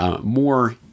more